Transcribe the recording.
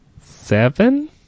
seven